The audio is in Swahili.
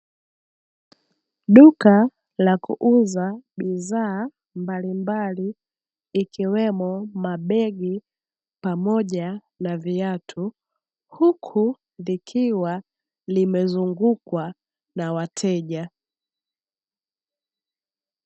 Duka la kuuza bidhaa mbalimbali, ikiwemo mabegi pamoja na viatu, huku likiwa limezungukwa na wateja.